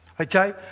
okay